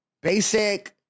basic